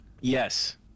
Yes